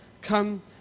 come